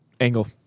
Angle